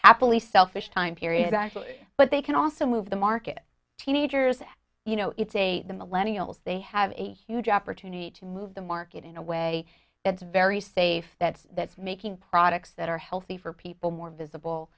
happily selfish time period actually but they can also move the market teenagers you know it's a the millennial they have a huge opportunity to move the market in a way that's very safe that's making products that are healthy for people more visible